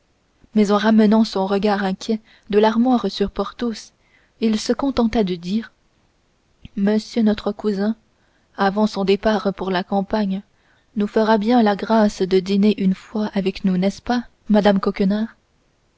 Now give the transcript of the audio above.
mais en ramenant son regard inquiet de l'armoire sur porthos il se contenta de dire monsieur notre cousin avant son départ pour la campagne nous fera bien la grâce de dîner une fois avec nous n'est-ce pas madame coquenard